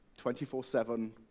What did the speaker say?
24-7